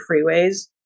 freeways